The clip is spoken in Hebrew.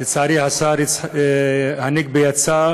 לצערי השר הנגבי יצא.